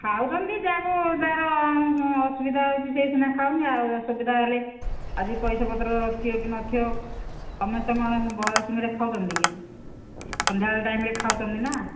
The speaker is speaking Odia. ଖାଉଛନ୍ତି ଯାହାକୁ ଯାହାର ଅସୁବିଧା ହେଉଛି ସେଇ ସିନା ଖାଉନି ଆଉ ସୁବିଧା ହେଲେ ଆଜି ପଇସାପତ୍ର ଥିବ କି ନଥିବ ସମେସ୍ତ ବରା ଖାଉଛନ୍ତି କି ସନ୍ଧ୍ୟାବେଳେ ଟାଇମ୍ରେ ଖାଉଛନ୍ତି ନା